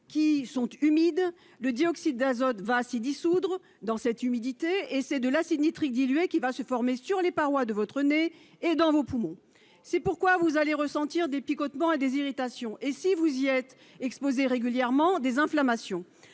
qui sont humides, le dioxyde d'azote, va s'dissoudre dans cette humidité et c'est de l'acide nitrique dilué, qui va se former sur les parois de votre nez et dans vos poumons, c'est pourquoi vous allez ressentir des picotements et des irritations et si vous y êtes exposé régulièrement des inflammations